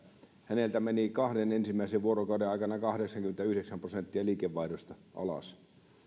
häneltä meni kahden ensimmäisen vuorokauden aikana kahdeksankymmentäyhdeksän prosenttia liikevaihdosta alas